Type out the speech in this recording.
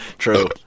True